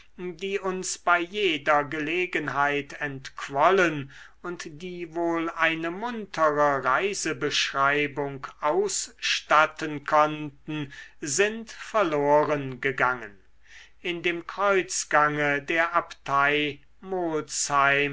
die uns bei jeder gelegenheit entquollen und die wohl eine muntere reisebeschreibung ausstatten konnten sind verloren gegangen in dem kreuzgange der abtei